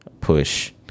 Push